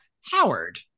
Howard